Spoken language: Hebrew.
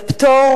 לפטור